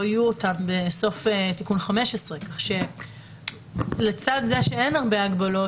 יהיו בסוף תיקון 15. לצד זה שאין הרבה הגבלות,